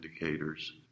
indicators